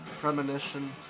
Premonition